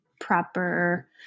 proper